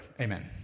Amen